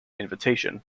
invitation